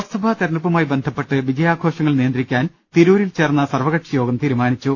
ലോക്സഭാ തെരഞ്ഞെടുപ്പുമായി ബന്ധപ്പെട്ട് വിജയാഘോഷങ്ങൾ നിയന്ത്രിക്കാൻ തിരൂരിൽ ചേർന്ന സർവകക്ഷി യോഗം തീരുമാനിച്ചു